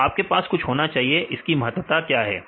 तो आपके पास कुछ होना चाहिए इसकी महत्ता क्या है